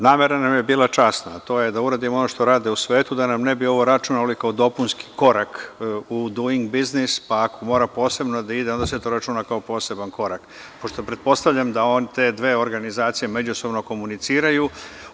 Namera nam je bila časna, a to je da uradimo ono što rade u svetu, da nam ne bi ovo računali kao dopunski korak u duing biznis, pa ako mora posebno da ide, onda se to računa kao poseban korak, pošto pretpostavljam da te dve organizacije međusobno komuniciraju.